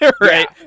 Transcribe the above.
right